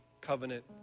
covenant